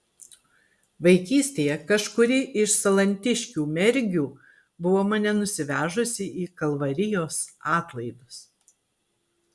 vaikystėje kažkuri iš salantiškių mergių buvo mane nusivežusi į kalvarijos atlaidus